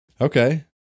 okay